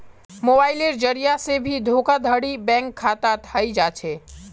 मोबाइलेर जरिये से भी धोखाधडी बैंक खातात हय जा छे